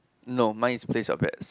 no mine is place your bets